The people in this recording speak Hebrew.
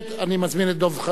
אני מזמין את דב חנין,